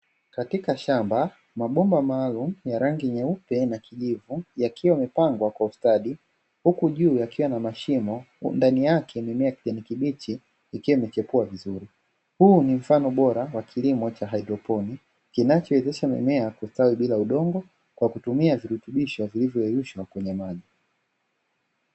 Katika shamba mabomba maalumu ya rangi nyeupe na kijivu, yakiwa yamepangwa kwa ustadi, huku juu yakiwa na mashimo ndani yake mimea ya kijani kibichi ikiwa imechepua vizuri. Huu ni mfano bora wa kilimo cha haidroponi kinachowezesha mimea kustawi vizuri bila udongo, kwa kutumia virutubisho vilivyoyeyushwa kwenye maji.